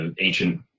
ancient